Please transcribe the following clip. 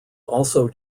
also